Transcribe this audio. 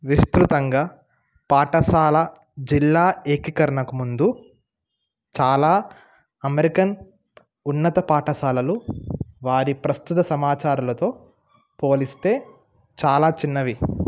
విస్తృతంగా పాఠశాల జిల్లా ఏకీకరణకు ముందు చాలా అమెరికన్ ఉన్నత పాఠశాలలు వారి ప్రస్తుత సమాచారులతో పోలిస్తే చాలా చిన్నవి